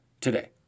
today